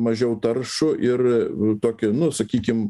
mažiau taršų ir tokį nu sakykim